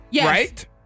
right